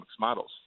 models